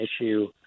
issue